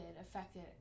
affected